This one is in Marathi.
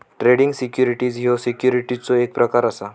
ट्रेडिंग सिक्युरिटीज ह्यो सिक्युरिटीजचो एक प्रकार असा